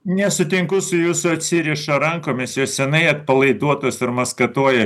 nesutinku su jūsų atsiriša rankomis jos senai atpalaiduotos ir maskatuoja